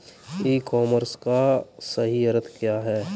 ई commerce का सही अर्थ क्या है?